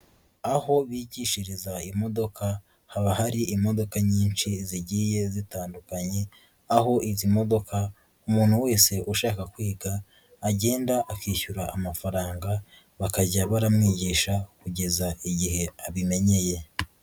Aho bigishiriza imodoka haba hari imodoka nyinshi zigiye zitandukanye, aho izi modoka umuntu wese ushaka kwiga agenda akishyura amafaranga bakajya baramwigisha kugeza igihe abimenyeye.